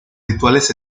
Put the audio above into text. rituales